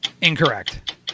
Incorrect